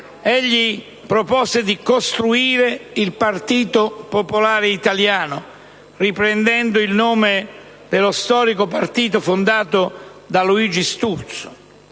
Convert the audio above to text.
egli propose di costruire il Partito Popolare Italiano, riprendendo il nome dello storico partito fondato da Luigi Sturzo